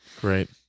Great